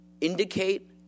indicate